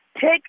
take